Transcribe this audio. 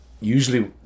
usually